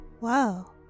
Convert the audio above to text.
Wow